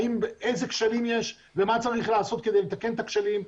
איזה כשלים יש ומה צריך לעשות כדי לתקן את הכשלים.